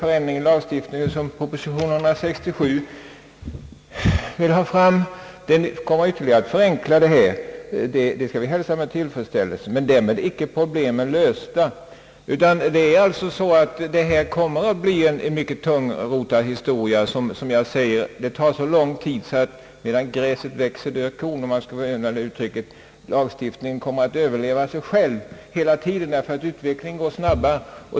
Den ändrade lagstiftningen enligt proposition 167 kommer också att ytterligare förenkla detta. Det skall vi hälsa med tillfredsställelse. Men därmed är icke problemen lösta. Detta är en mycket tungrodd historia — det hela tar så lång tid att medan gräset gror dör kon; lagstiftningen kommer hela tiden att ligga efter, utvecklingen går snabbare.